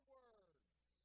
words